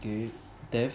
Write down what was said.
okay then